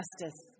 justice